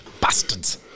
Bastards